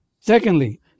Secondly